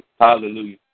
Hallelujah